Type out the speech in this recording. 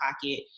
pocket